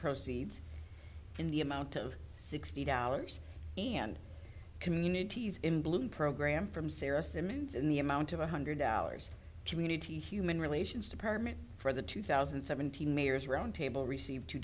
proceeds in the amount of sixty dollars and communities in bloom program from sarah symonds in the amount of one hundred hours community human relations department for the two thousand and seventeen mayor's roundtable received two